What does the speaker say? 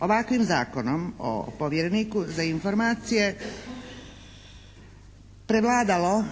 ovakvim zakonom o povjereniku za informacije prevladalo